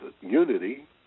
Unity